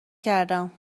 کردم